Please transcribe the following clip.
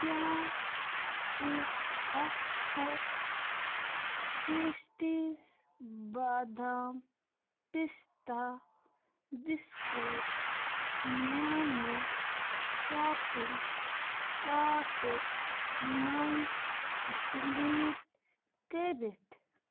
کیٛاہ ژٕ ہٮ۪ککھٕ ٹیسٹیٖز بادام پِستہ بِسکوٗٹ میٛانہِ شاپِنٛگ کاٹہٕ منٛز ڈِلیٖٹ کٔرِتھ